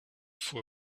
for